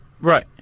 Right